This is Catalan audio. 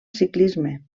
ciclisme